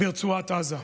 ברצועת עזה.